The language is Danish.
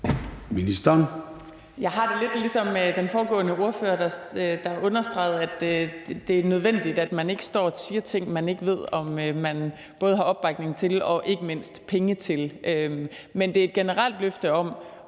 Jeg har det lidt ligesom den foregående ordfører, der understregede, at det er nødvendigt, at man ikke står og siger ting, man ikke ved om man har opbakning til og ikke mindst penge til. Men det er et generelt løfte om